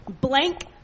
blank